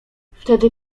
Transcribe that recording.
wtedy